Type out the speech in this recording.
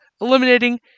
eliminating